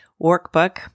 Workbook